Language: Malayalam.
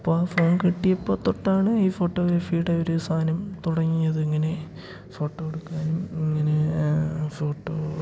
അപ്പോള് ആ ഫോൺ കിട്ടിയപ്പോള് തൊട്ടാണ് ഈ ഫോട്ടോഗ്രാഫിയുടെ ഒരു സാധനം തുടങ്ങിയത് ഇങ്ങനെ ഫോട്ടോ എടുക്കാനും ഇങ്ങനെ ഫോട്ടോ